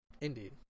Indeed